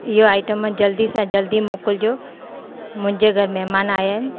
इहे आइटम जल्दी सां जल्दी मोकिलिजो मुंहिंजे घरु महिमान आहिया आहिनि